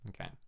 Okay